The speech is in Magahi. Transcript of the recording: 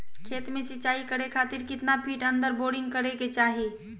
खेत में सिंचाई करे खातिर कितना फिट अंदर बोरिंग करे के चाही?